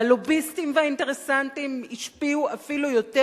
והלוביסטים והאינטרסנטים השפיעו אפילו יותר,